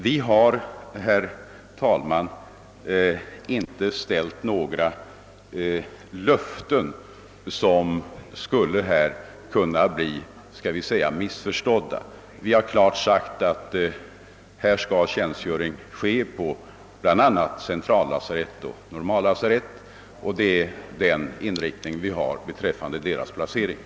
Vi har, herr talman, inte givit några löften som skulle kunna bli missförstådda. Vi har klart uttalat att tjänstgöringen skulle förläggas till bl.a. centrallasarett och normallasarett, och det är det vi inriktar oss på när det gäller de utländska läkarnas placering.